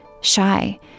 shy